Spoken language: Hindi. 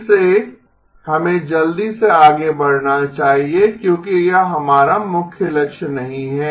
फिर से हमें जल्दी से आगे बढ़ना चाहिए क्योंकि यह हमारा मुख्य लक्ष्य नहीं है